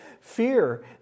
fear